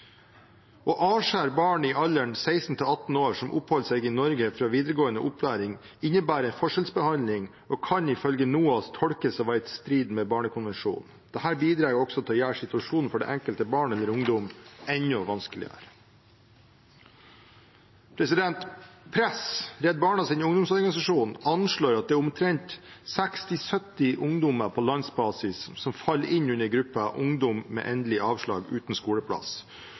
Å avskjære barn i alderen 16–18 år som oppholder seg i Norge, fra videregående opplæring innebærer forskjellsbehandling og kan ifølge NOAS tolkes å være i strid med barnekonvensjonen. Dette bidrar også til å gjøre situasjonen for det enkelte barn eller den enkelte ungdom enda vanskeligere. Press, Redd Barnas ungdomsorganisasjon, anslår at det er omtrent 60–70 ungdommer på landsbasis som faller inn under gruppen «ungdom med endelig avslag uten skoleplass»,